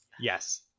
Yes